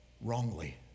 wrongly